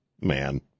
Man